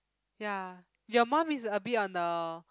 ya your mum is a bit on the